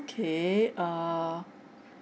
okay err